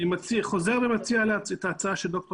אני חוזר ומציע את ההצעה שהציעה דוקטור